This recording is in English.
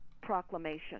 proclamation